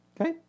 Okay